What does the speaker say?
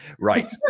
Right